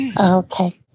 Okay